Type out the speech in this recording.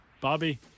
Bobby